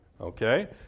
Okay